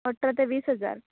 अठरा ते वीस हजार